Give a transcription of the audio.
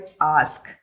ask